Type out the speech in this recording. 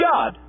God